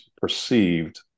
perceived